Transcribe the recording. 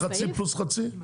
לא טוב לכם חצי פלוס חצי?